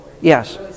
Yes